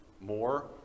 more